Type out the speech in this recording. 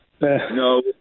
No